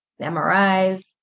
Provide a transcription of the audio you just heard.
MRIs